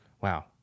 Wow